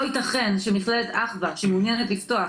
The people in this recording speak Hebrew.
לא ייתכן שמכללת 'אחווה' שמעוניינת לפתוח